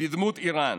בדמות איראן.